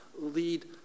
lead